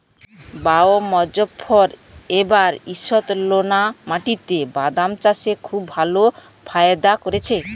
বাঃ মোজফ্ফর এবার ঈষৎলোনা মাটিতে বাদাম চাষে খুব ভালো ফায়দা করেছে